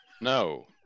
No